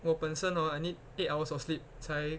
我本身 orh I need eight hours of sleep 才